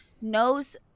knows